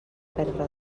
perdre